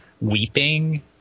weeping